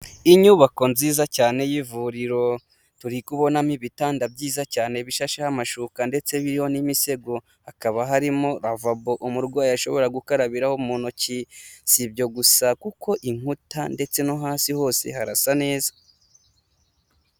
Inyubako nziza cyane y'ivuriro, turi kubonamo ibitanda byiza cyane bishasheho amashuka ndetse biriho n'imisego. Hakaba harimo lavabo umurwayi ashobora gukarabiraho mu ntoki, si ibyo gusa kuko inkuta ndetse no hasi hose harasa neza.